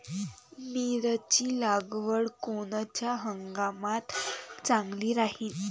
मिरची लागवड कोनच्या हंगामात चांगली राहीन?